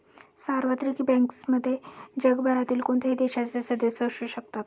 सार्वत्रिक बँक्समध्ये जगभरातील कोणत्याही देशाचे सदस्य असू शकतात